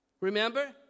Remember